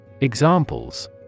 Examples